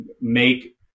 make